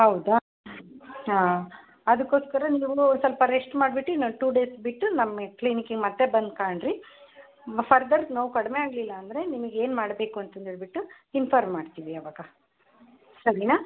ಹೌದಾ ಹಾಂ ಅದಕ್ಕೋಸ್ಕರ ನೀವು ಸ್ವಲ್ಪ ರೆಶ್ಟ್ ಮಾಡ್ಬಿಟ್ಟು ಇನ್ನೊಂದು ಟು ಡೇಸ್ ಬಿಟ್ಟು ನಮ್ಮ ಕ್ಲಿನಿಕ್ಕಿಗೆ ಮತ್ತೆ ಬಂದು ಕಾಣಿರಿ ಫರ್ದರ್ ನೋವು ಕಡಿಮೆ ಆಗಲಿಲ್ಲ ಅಂದರೆ ನಿಮಿಗೆ ಏನು ಮಾಡಬೇಕು ಅಂತಂದು ಹೇಳಿಬಿಟ್ಟು ಇನ್ಫಾರ್ಮ್ ಮಾಡ್ತೀವಿ ಅವಾಗ ಸರಿಯಾ